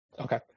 Okay